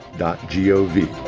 g o v.